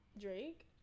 Drake